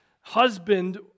husband